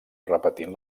repetint